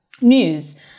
news